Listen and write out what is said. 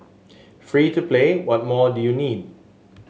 free to play what more do you need